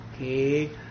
okay